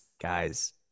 Guys